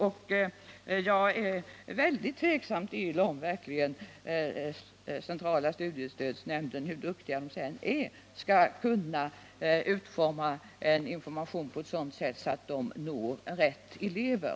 Och jag är mycket tveksam till att centrala studiestödsnämnden — hur duktig den än är — skall kunna utforma informationen på ett sådant sätt att den når rätt elever.